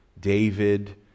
David